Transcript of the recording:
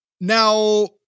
now